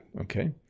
Okay